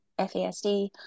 FASD